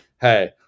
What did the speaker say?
hey